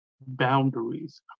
boundaries